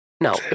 No